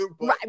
right